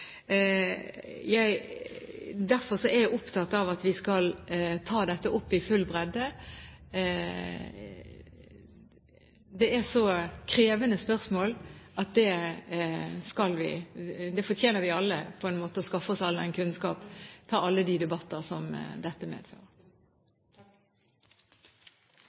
er jeg opptatt av at vi skal ta dette opp i full bredde. Det er så krevende spørsmål, at vi alle fortjener å skaffe oss kunnskap og ta alle de debatter som dette medfører.